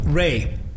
Ray